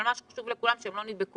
אבל מה שחשוב לכולם שהם לא נבדקו